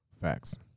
facts